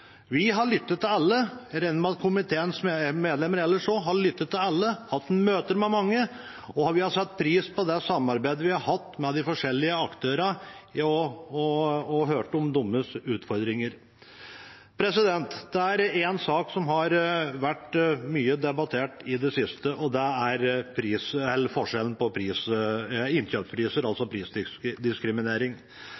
Vi har lyttet til alle. Jeg regner med at komiteens medlemmer ellers også har lyttet til alle og hatt møter med mange. Vi har satt pris på det samarbeidet vi har hatt med de forskjellige aktørene, og vi har hørt om deres utfordringer. Det er én sak som har vært mye debattert i det siste, og det er